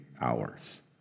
hours